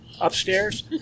upstairs